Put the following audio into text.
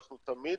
אנחנו תמיד